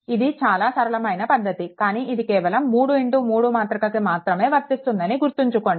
ఇది చాలా సరళమైన పద్ధతి కానీ ఇది కేవలం ఒక 33 మాతృకకి మాత్రమే వర్తిస్తుంది అని గుర్తుంచుకోండి